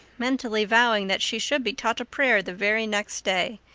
mentally vowing that she should be taught a prayer the very next day,